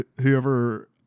whoever